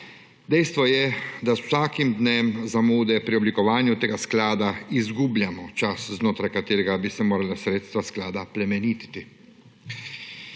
Dejstvo je, da z vsakim dnem zamude pri oblikovanju tega sklada izgubljamo čas, znotraj katerega bi se morala sredstva sklada plemenititi.